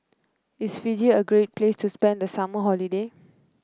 is Fiji a great place to spend the summer holiday